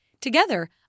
Together